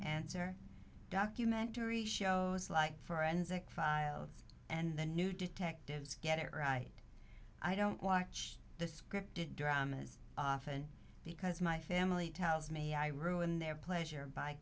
answer documentary shows like forensic files and the new detectives get it right i don't watch the scripted dramas often because my family tells me i ruin their pleasure by